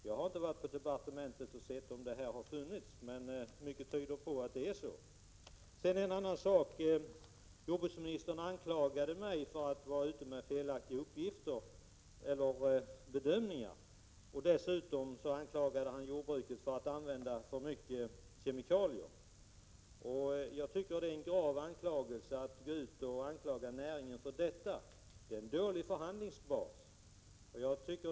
Jag har inte varit på departementet och sett om en sådan promemoria funnits, men mycket tyder på det. Sedan en annan sak: Jordbruksministern anklagade mig för att ha gjort felaktiga bedömningar. Dessutom anklagade han jordbrukare för att använda för mycket kemikalier. Jag tycker det är grovt att gå ut och anklaga en näring för detta. Det är en dålig förhandlingsbas.